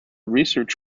research